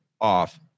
off